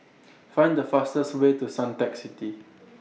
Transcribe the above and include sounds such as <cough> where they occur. <noise> Find The fastest Way to Suntec City